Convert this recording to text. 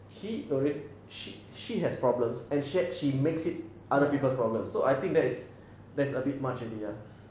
he already she she has problems and yet she makes it other people's problems so I think that is that's a bit much already lah